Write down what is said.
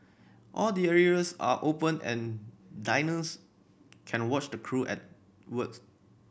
all the areas are open and diners can watch the crew at words